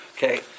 Okay